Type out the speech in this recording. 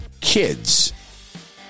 kids